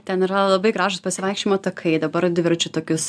ten yra labai gražūs pasivaikščiojimo takai dabar dviračių tokius